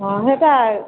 ହଁ ହେଟା